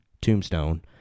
Tombstone